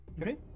Okay